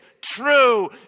true